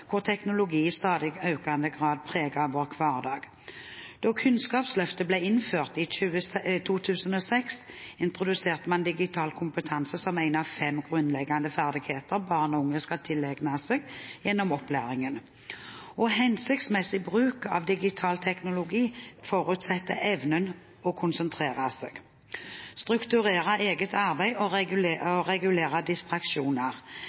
hvor teknologi i stadig økende grad preger vår hverdag. Da Kunnskapsløftet ble innført i 2006, introduserte man digital kompetanse som en av fem grunnleggende ferdigheter barn og unge skal tilegne seg gjennom opplæringen. Hensiktsmessig bruk av digital teknologi forutsetter evne til å konsentrere seg, strukturere eget arbeid og regulere distraksjoner. Evnen til å